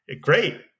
Great